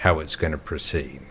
how it's going to proceed